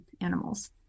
animals